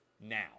now